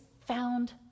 found